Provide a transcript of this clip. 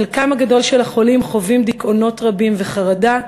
חלקם הגדול של החולים חווים דיכאונות רבים וחרדה,